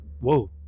Whoa